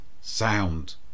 sound